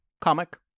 comic